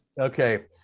Okay